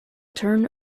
turn